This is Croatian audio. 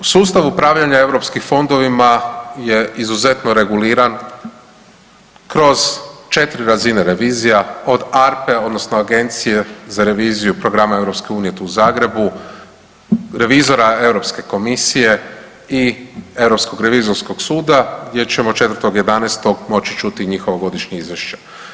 U sustavu upravljanja europskim fondovima je izuzetno reguliran kroz četiri razine revizija od ARP-e odnosno Agencije za reviziju programa EU tu u Zagrebu, revizora Europske komisije i Europskog revizorskog suda, gdje ćemo 4.11. moći čuti njihovo godišnje izvješće.